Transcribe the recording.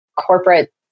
corporate